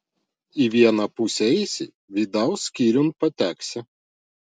į vieną pusę eisi vidaus skyriun pateksi